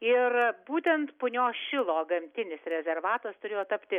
ir būtent punios šilo gamtinis rezervatas turėjo tapti